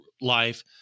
life